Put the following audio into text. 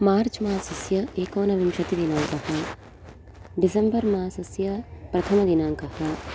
मार्च् मासस्य एकोनविंशतिदिनाङ्कः डिसेम्बर् मासस्य प्रथमदिनाङ्कः